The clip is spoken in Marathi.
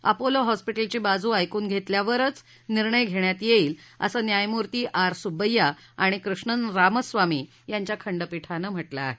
अपोलो हॉस्पिटलची बाजू ऐकून धेतल्यावरच निर्णय घेण्यात येईल असं न्यायमूर्ती आर सुब्बैय्या आणि कृष्णन रामस्वामी यांच्या खंडपीठानं म्हटलं आहे